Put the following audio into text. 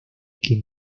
que